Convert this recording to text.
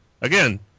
Again